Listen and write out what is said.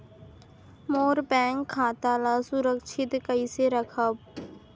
मोर bank खाता ला सुरक्षित कइसे रखव?